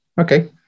okay